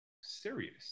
serious